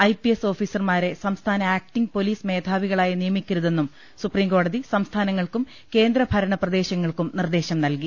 I P S ഓഫീസർമാരെ സംസ്ഥാന acting police മേധാവികളായി നിയമിക്കരുതെന്നും സുപ്രീംകോടതി സംസ്ഥാനങ്ങൾക്കും കേന്ദ്ര ഭരണ പ്രദേശങ്ങൾക്കും നിർദേശം നൽകി